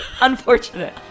Unfortunate